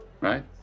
right